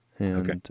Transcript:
Okay